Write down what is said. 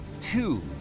Two